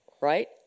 right